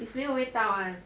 it's 没有味道 [one]